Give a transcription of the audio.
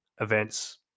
events